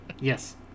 yes